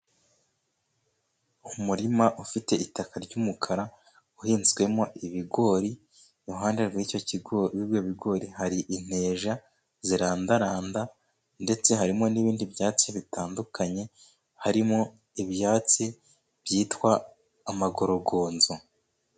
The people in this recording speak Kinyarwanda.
Umurima ufite itaka ry'umukara uhinzwemo ibigori, iruhande rw'ibyo bigori hari inteja zirandaranda, ndetse harimo n'ibindi byatsi bitandukanye, harimo ibyatsi byitwa amagorogonzo.